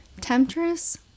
temptress